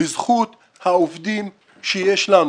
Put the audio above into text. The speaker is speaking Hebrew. בזכות העובדים שיש לנו.